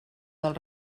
del